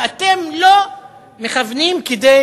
ואתם לא מכוונים כדי